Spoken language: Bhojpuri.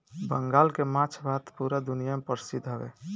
बंगाल के माछ भात पूरा दुनिया में परसिद्ध हवे